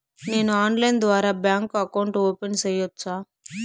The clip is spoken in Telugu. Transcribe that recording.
నేను ఆన్లైన్ ద్వారా బ్యాంకు అకౌంట్ ఓపెన్ సేయొచ్చా?